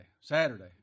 Saturday